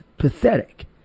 pathetic